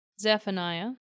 Zephaniah